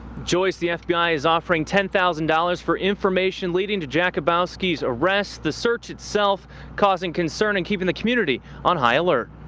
joyce, the fbi is offering ten thousand dollars for information leadin to jakubowski's arrest the search itself causing concern and keeping the community on high alert.